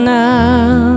now